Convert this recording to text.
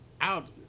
out